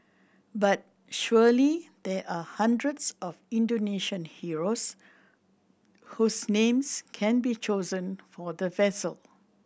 but surely there are hundreds of Indonesian heroes whose names can be chosen for the vessel